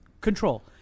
control